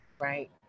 right